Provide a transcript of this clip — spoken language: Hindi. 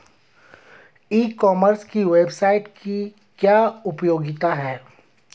ई कॉमर्स की वेबसाइट की क्या उपयोगिता है?